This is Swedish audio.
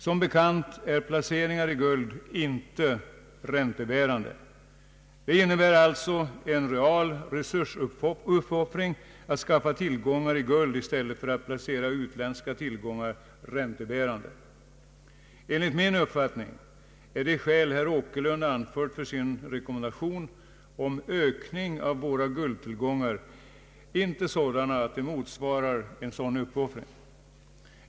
Som bekant är placeringar i guld inte räntebärande. Det innebär alltså en reell resursuppoffring att skaffa tillgångar i guld i stället för att placera utländska tillgångar räntebärande. Enligt min uppfattning är de skäl herr Åkerlund anfört för sin rekommendation om ökning av våra guldtillgångar inte sådana att de motiverar en dylik uppoffring.